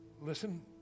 Listen